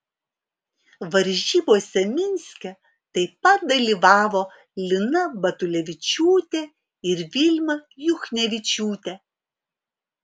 varžybose minske taip pat dalyvavo lina batulevičiūtė ir vilma juchnevičiūtė